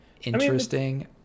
interesting